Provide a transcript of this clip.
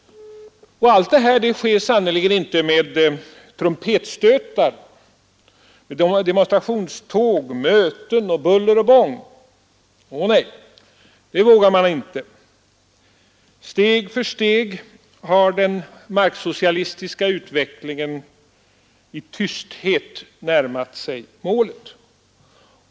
Allt det här sker sannerligen inte med trumpetstötar, demonstrationståg, möten och buller och bång. Ånej, det vågar man inte. Steg för steg har den marksocialistiska utvecklingen i tysthet närmat sig målet.